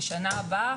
לשנה הבאה,